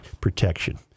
protection